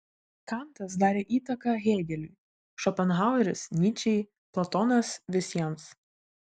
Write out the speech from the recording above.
kantas darė įtaką hėgeliui šopenhaueris nyčei platonas visiems